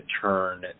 turn